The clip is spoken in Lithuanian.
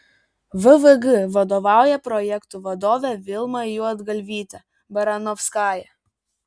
vvg vadovauja projektų vadovė vilma juodgalvytė baranovskaja